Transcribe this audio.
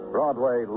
Broadway